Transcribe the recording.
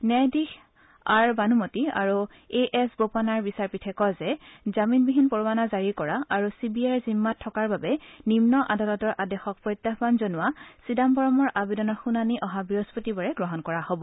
ন্যায়াধীশ আৰ বানুমতী আৰু A S বোপান্নাৰ বিচাৰপীঠে কয় যে জামিনবিহীন পৰোৱানা জাৰি কৰা আৰু চি বি আইৰ জিম্মাত থকাৰ বাবে নিম্ন আদালতৰ আদেশক প্ৰত্যাহান জনোৱা চিদাম্বৰমৰ আবেদনৰ শুনানি অহা বৃহস্পতিবাৰে গ্ৰহণ কৰা হ'ব